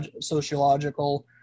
sociological